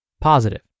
Positive